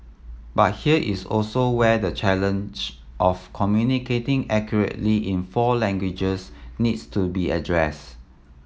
but here is also where the challenge of communicating accurately in four languages needs to be addressed